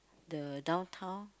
the downtown